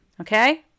Okay